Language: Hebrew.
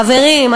חברים,